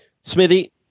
Smithy